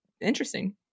interesting